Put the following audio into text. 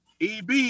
Eb